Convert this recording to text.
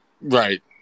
Right